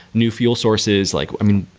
new fuel sources. like i mean,